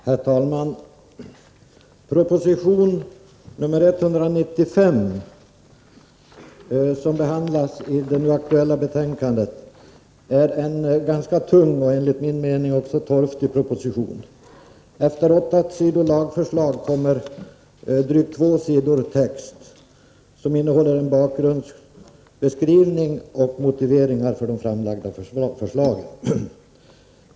Herr talman! Proposition 195, som behandlas i det nu aktuella betänkandet, är en ganska tunn och enligt min mening också torftig proposition. Efter åtta sidor lagförslag kommer två sidor text, som innehåller en bakgrundsbeskrivning och motiveringar för de framlagda förslagen.